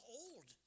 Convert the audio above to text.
old